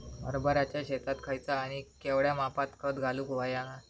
हरभराच्या शेतात खयचा आणि केवढया मापात खत घालुक व्हया?